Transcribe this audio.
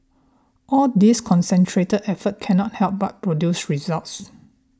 all this concentrated effort cannot help but produce results